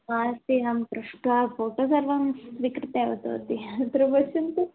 नास्ति अहं पृष्ट्वा फ़ोटो सर्वं स्वीकृत्य आगतवती अत्र पश्यन्तु